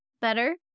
Better